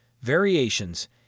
variations